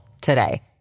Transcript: today